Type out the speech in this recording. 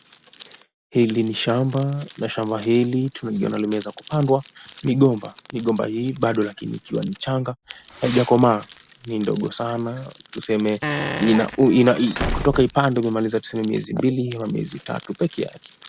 Hili ni shamba na shamba hili tunaliona limeza kupandwa. Migomba, migomba hii bado lakini ikiwa ni changa. Haijakomaa, ni ndogo sana. Tuseme kutoka ipandwe imemaliza tuseme miezi mbili ama miezi tatu peke yake.